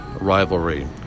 rivalry